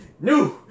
new